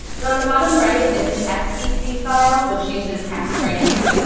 and on the bottom right is an scc file, which uses hex frames.